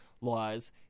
laws